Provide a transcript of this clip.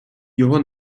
його